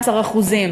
ל-18%?